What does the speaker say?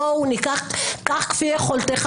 בואו ניקח קח כפי יכולתך,